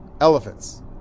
Elephants